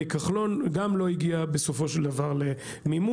גם לא הגיע בסופו של דבר למימוש,